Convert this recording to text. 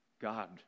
God